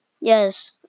Yes